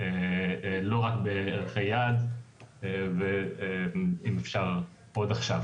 לא רק בערכי יעד ואם אפשר עוד עכשיו.